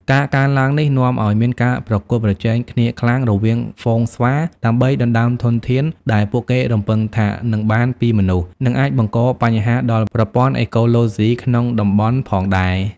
ការកើនឡើងនេះនាំឱ្យមានការប្រកួតប្រជែងគ្នាខ្លាំងរវាងហ្វូងស្វាដើម្បីដណ្ដើមធនធានដែលពួកគេរំពឹងថានឹងបានពីមនុស្ស និងអាចបង្កបញ្ហាដល់ប្រព័ន្ធអេកូឡូស៊ីក្នុងតំបន់ផងដែរ។